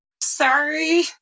Sorry